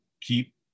keep